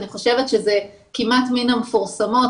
אני חושבת שזה כמעט מן המפורסמות,